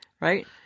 Right